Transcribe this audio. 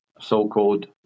so-called